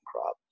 crop